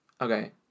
Okay